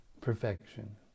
perfection